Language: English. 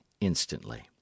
instantly